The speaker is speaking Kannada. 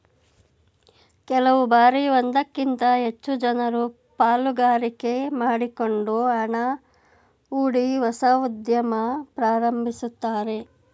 ಕೆಲವು ಬಾರಿ ಒಂದಕ್ಕಿಂತ ಹೆಚ್ಚು ಜನರು ಪಾಲುಗಾರಿಕೆ ಮಾಡಿಕೊಂಡು ಹಣ ಹೂಡಿ ಹೊಸ ಉದ್ಯಮ ಪ್ರಾರಂಭಿಸುತ್ತಾರೆ